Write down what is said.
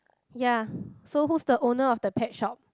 ya so who's the owner of the pet shop